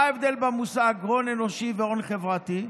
מה ההבדל בין המושגים "הון אנושי" ו"הון חברתי"?